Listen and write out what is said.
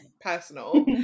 personal